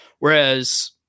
Whereas